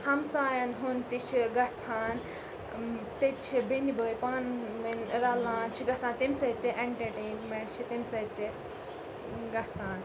ہَمسایَن ہُنٛد تہِ چھِ گَژھان تَتہِ چھِ بیٚنہِ بٲے پانہٕ ؤنۍ رَلان چھِ گَژھان تمہِ سۭتۍ تہِ اٮ۪نٹَرٹینم۪نٛٹ چھِ تمہِ سۭتۍ تہِ گَژھان